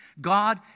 God